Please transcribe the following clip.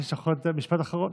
יש לך עוד משפט אחרון.